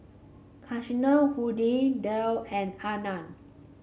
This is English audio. Kasinadhuni Dale and Anand